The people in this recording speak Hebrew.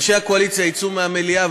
אנשי הקואליציה יצאו מהמליאה,